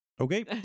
okay